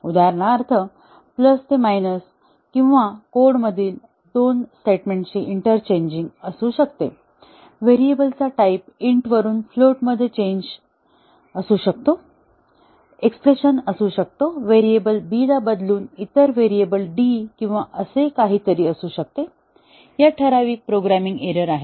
उदाहरणार्थ प्लस ते मायनस किंवा कोडमधील 2 स्टेटमेंट्सची इंटरचेंजिंग असू शकते व्हेरिएबलचा टाईप int वरून फ्लोटमध्ये चेंज असू शकतो एक्स्प्रेशनमध्ये असू शकतो व्हेरिएबल b ला बदलून इतर व्हेरिएबल d किंवा असे काहीतरी असू शकते या ठराविक प्रोग्रामिंग एरर आहेत